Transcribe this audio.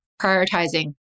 prioritizing